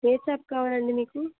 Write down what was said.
ఏ చేప కావాలండి మీకు